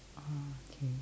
oh okay